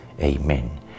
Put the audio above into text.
Amen